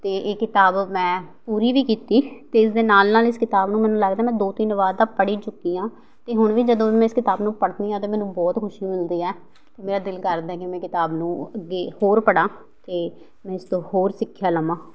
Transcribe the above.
ਅਤੇ ਇਹ ਕਿਤਾਬ ਮੈਂ ਪੂਰੀ ਵੀ ਕੀਤੀ ਅਤੇ ਇਸਦੇ ਨਾਲ਼ ਨਾਲ਼ ਇਸ ਕਿਤਾਬ ਨੂੰ ਮੈਨੂੰ ਲੱਗਦਾ ਮੈਂ ਦੋ ਤਿੰਨ ਵਾਰ ਤਾਂ ਪੜ੍ਹ ਹੀ ਚੁੱਕੀ ਹਾਂ ਅਤੇ ਹੁਣ ਵੀ ਜਦੋਂ ਵੀ ਮੈਂ ਇਸ ਕਿਤਾਬ ਨੂੰ ਪੜ੍ਹਦੀ ਹਾਂ ਤਾਂ ਮੈਨੂੰ ਬਹੁਤ ਖੁਸ਼ੀ ਮਿਲਦੀ ਹੈ ਮੇਰਾ ਦਿਲ ਕਰਦਾ ਕਿ ਮੈਂ ਕਿਤਾਬ ਨੂੰ ਅੱਗੇ ਹੋਰ ਪੜ੍ਹਾਂ ਅਤੇ ਮੈਂ ਇਸ ਤੋਂ ਹੋਰ ਸਿੱਖਿਆ ਲਵਾਂ